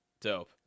Dope